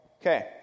Okay